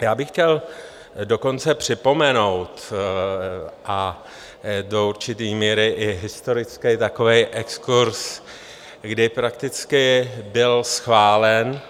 Já bych chtěl dokonce připomenout do určité míry historický takový exkurz, kdy prakticky byl schválen